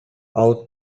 алып